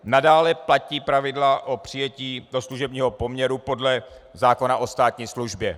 Nadále platí pravidla o přijetí do služebního poměru podle zákona o státní službě.